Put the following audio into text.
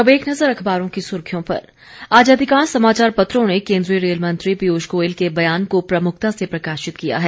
अब एक नजर अखबारों की सुर्खियों पर आज अधिकांश समाचार पत्रों ने केन्द्रीय रेल मंत्री पीयूष गोयल के बयान को प्रमुखता से प्रकाशित किया है